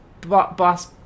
boss